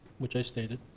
which i stated.